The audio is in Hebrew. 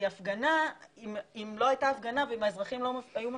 אם לא הייתה הפגנה ואם האזרחים לא היו מפגינים,